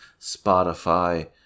Spotify